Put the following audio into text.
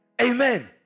Amen